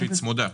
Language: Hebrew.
כשהיא צמודה.